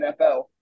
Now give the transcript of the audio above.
NFL